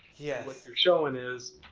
yeah what you're showing is,